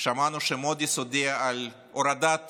שמענו שמודי'ס הודיעה על הורדת